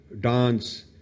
dance